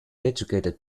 educated